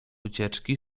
ucieczki